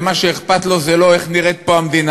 ומה שאכפת לו זה לא איך נראית פה המדינה,